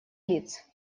лиц